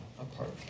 apart